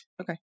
okay